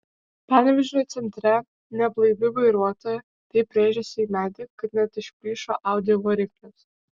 panevėžio centre neblaivi vairuotoja taip rėžėsi į medį kad net išplyšo audi variklis